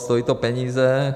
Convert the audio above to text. Stojí to peníze.